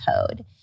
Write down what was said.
code